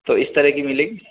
تو اس طرح کی ملے گی